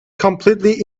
completely